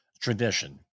tradition